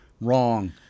Wrong